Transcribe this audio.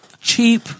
cheap